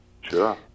Sure